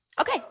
Okay